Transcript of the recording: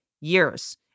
years